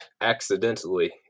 accidentally